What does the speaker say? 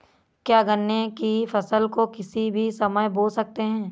क्या गन्ने की फसल को किसी भी समय बो सकते हैं?